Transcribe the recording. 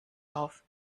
auf